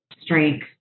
strength